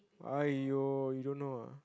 aiyo you don't know ah